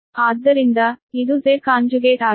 ಆದ್ದರಿಂದ ಇದು Z ಆಗಿದೆ